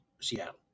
Seattle